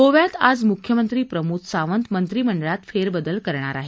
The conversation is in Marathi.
गोव्यात आज मुख्यमंत्री प्रमोद सावंत मंत्रिमंडळात फेरबदल करणार आहेत